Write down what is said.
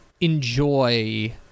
enjoy